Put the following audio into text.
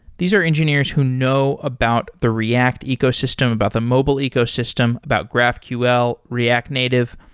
these are engineers who know about the react ecosystem, about the mobile ecosystem, about graphql, react native.